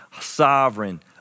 sovereign